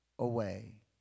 Away